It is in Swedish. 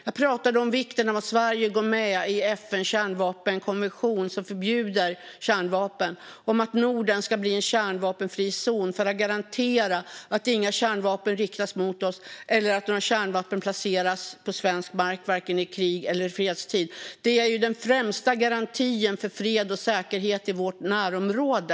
Jag talade om vikten av att Sverige går med i FN:s kärnvapenkonvention som förbjuder kärnvapen och att Norden ska bli en kärnvapenfri zon för att garantera att inga kärnvapen riktas mot oss och att inga kärnvapen placeras på svensk mark vare sig i krigs eller i fredstid. Det är den främsta garantin för fred och säkerhet i vårt närområde.